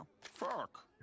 Fuck